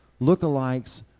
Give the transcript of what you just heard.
lookalikes